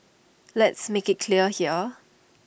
let's make IT clear here